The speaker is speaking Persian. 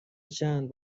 چند